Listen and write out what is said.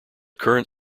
current